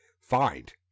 find